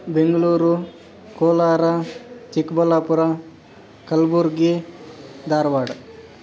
Bengaluru Kolar Chikkaballapur Kalaburagi Dharwad